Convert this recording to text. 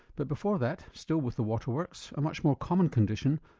but before that, still with the waterworks, a much more common condition,